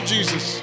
Jesus